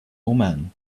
oman